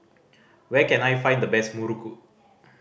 where can I find the best muruku